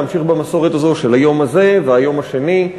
להמשיך במסורת הזאת של היום הזה והיום השני,